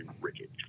rigid